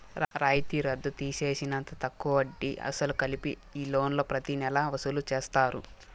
రాయితీ రద్దు తీసేసినంత తక్కువ వడ్డీ, అసలు కలిపి ఈ లోన్లు ప్రతి నెలా వసూలు చేస్తారు